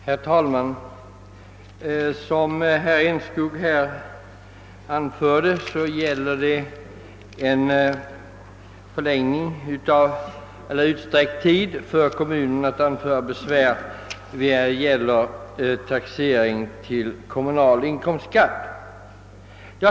Herr talman! Den fråga vi nu behandlar gäller, som herr Enskog påpekat, utsträckt tid för kommunerna att anföra besvär över taxering till kom munal inkomstskatt.